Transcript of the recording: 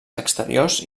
exteriors